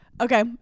Okay